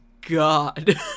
God